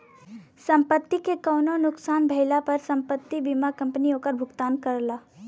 संपत्ति के कउनो नुकसान भइले पर संपत्ति बीमा कंपनी ओकर भुगतान करला